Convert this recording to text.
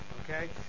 okay